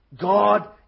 God